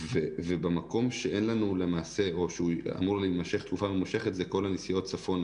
במקום שאמור להמשך תקופה ממושכת זה כל הנסיעות צפונה,